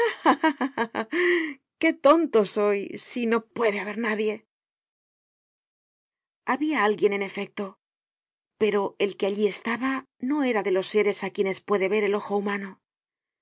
qué tonto soy si no puede haber nadie habia alguien en efecto pero el que allí estaba no era de los seres á quienes puede ver el ojo humano